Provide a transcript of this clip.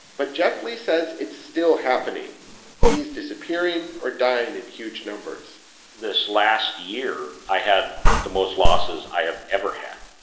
but jeff lee says it's still happening bees disappearing or dying in huge numbers this last year i had the most losses i have ever had.